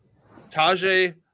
Tajay